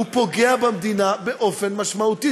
פוגע במדינה באופן משמעותי.